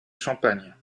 champagne